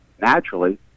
naturally